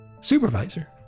supervisor